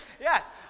Yes